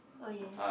oh ya